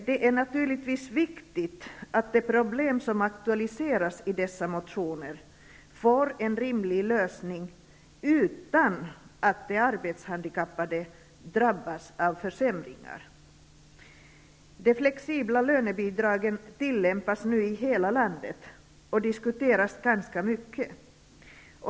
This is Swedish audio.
Det är naturligtvis viktigt att de problem som aktualiseras i dessa motioner får en rimlig lösning utan att de arbetshandikappade drabbas av försämringar. De flexibla lönebidragen tillämpas nu i hela landet och diskuteras ganska mycket.